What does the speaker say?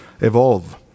evolve